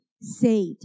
saved